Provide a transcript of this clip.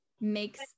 makes